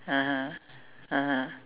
(uh huh) (uh huh)